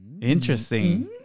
Interesting